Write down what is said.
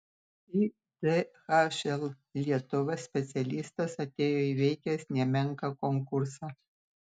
į dhl lietuva specialistas atėjo įveikęs nemenką konkursą